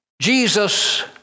Jesus